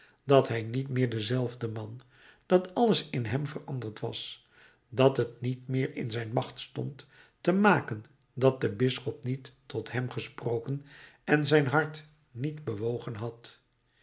dat hij niet meer dezelfde man dat alles in hem veranderd was dat t niet meer in zijn macht stond te maken dat de bisschop niet tot hem gesproken en zijn hart niet bewogen had